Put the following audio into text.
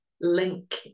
link